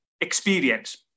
experience